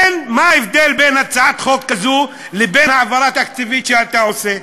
מה ההבדל בין הצעת חוק כזו לבין העברה תקציבית שאתה עושה?